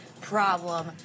problem